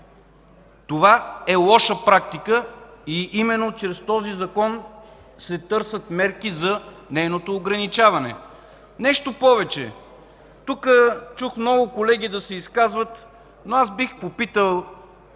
Това е лоша практика и именно чрез този закон се търсят мерки за нейното ограничаване. Нещо повече, чух много колеги да се изказват тук, но, след